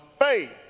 faith